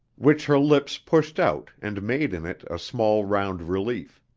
which her lips pushed out and made in it a small round relief.